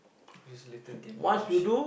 this little game shit